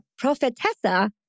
prophetessa